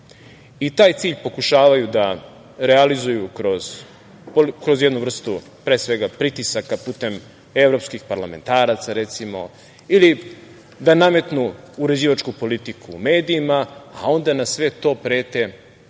i taj cilj pokušavaju da realizuju kroz jednu vrstu pre svega, pritisaka, putem recimo evropskih parlamentaraca ili da nametnu uređivačku politiku u medijima, a onda na sve to prete